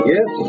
Yes